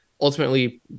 Ultimately